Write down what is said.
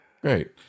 Great